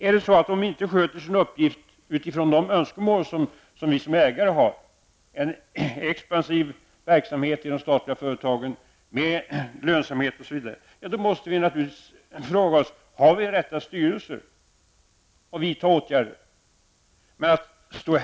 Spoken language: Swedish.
Om styrelserna inte sköter sina uppgifter i enlighet med de önskemål vi som ägare har, dvs. att det i de statliga företagen bedrivs en expansiv verksamhet som ger lönsamhet, måste vi fråga oss om vi har de rätta styrelserna och vidta åtgärder därefter.